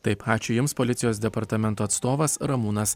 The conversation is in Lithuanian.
taip ačiū jums policijos departamento atstovas ramūnas